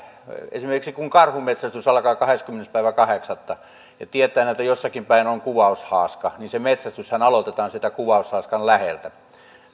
esimerkiksi kun karhunmetsästys alkaa kahdeskymmenes kahdeksatta ja tiedetään että jossakin päin on kuvaushaaska niin se metsästyshän aloitetaan sieltä kuvaushaaskan läheltä